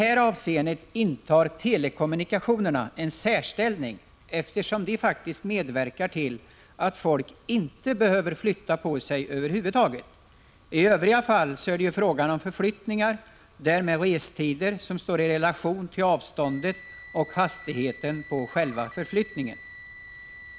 I detta avseende intar telekommunikationerna en särställning, eftersom de faktiskt medverkar till att folk inte behöver flytta på sig över huvud taget. I Övriga fall är det ju fråga om förflyttningar och därmed restider som står i relation till avståndet och hastigheten på själva förflyttningen.